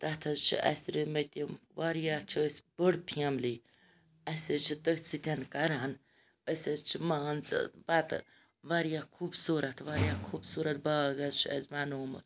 تَتھ حظ چھِ اَسہِ روٗومٕتۍ یِم واریاہ چھِ أسۍ بٔڑۍ فیملی اَسہِ حظ چھِ تٔتھ سۭتۍ کران أسۍ حظ چھِ مان ژٕ پَتہٕ واریاہ خوٗبصورَت واریاہ خوٗبصورَت باغ حظ چھُ اَسہِ بَنومُت